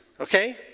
okay